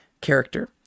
character